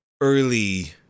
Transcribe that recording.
early